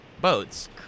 boats